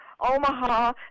Omaha